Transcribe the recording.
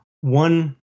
one